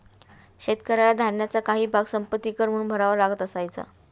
शेतकऱ्याला धान्याचा काही भाग संपत्ति कर म्हणून भरावा लागत असायचा